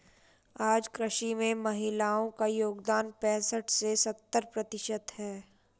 आज कृषि में महिलाओ का योगदान पैसठ से सत्तर प्रतिशत है